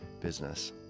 business